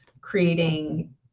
creating